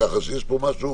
יש פה משהו